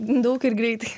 daug ir greitai